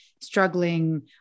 struggling